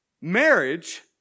Marriage